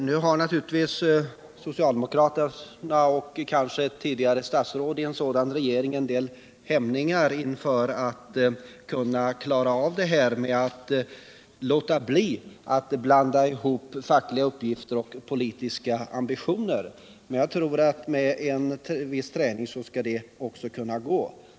Nu har naturligtvis socialdemokraterna och kanske också statsråd i en tidigare socialdemokratisk regering vissa svårigheter när det gäller att låta bli att blanda ihop fackliga uppgifter och partipolitiska ambitioner. Men jag tror att det skall kunna gå med en viss träning.